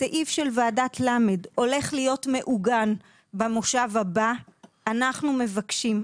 הסעיף של ועדת ל' הולך להיות מעוגן במושב הבא אנחנו מבקשים,